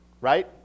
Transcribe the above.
right